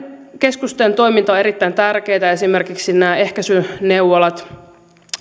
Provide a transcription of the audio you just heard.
keskusten toiminta on erittäin tärkeätä esimerkiksi nämä ehkäisyneuvolat